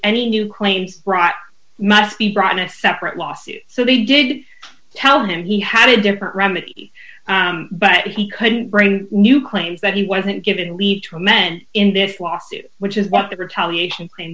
any new claims rot must be brought in a separate lawsuit so they did tell him he had a different remedy but he couldn't bring new claims that he wasn't given lead from men in this lawsuit which is what the retaliation